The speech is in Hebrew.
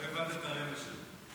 לא הבנת את הרמז שלו.